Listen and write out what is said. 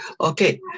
Okay